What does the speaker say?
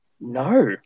No